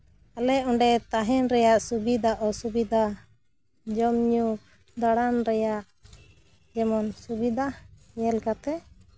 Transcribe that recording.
ᱟᱞᱮ ᱚᱸᱰᱮ ᱛᱟᱦᱮᱱ ᱨᱮᱭᱟᱜ ᱥᱩᱵᱤᱫᱷᱟ ᱚᱥᱩᱵᱤᱫᱷᱟ ᱡᱚᱢᱼᱧᱩ ᱫᱟᱬᱟᱱ ᱨᱮᱭᱟᱜ ᱡᱮᱢᱚᱱ ᱥᱩᱵᱤᱫᱷᱟ ᱧᱮᱞ ᱠᱟᱛᱮ